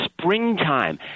springtime